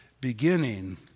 beginning